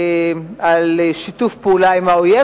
על שיתוף פעולה עם האויב,